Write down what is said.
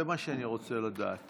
זה מה שאני רוצה לדעת.